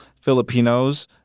Filipinos